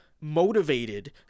motivated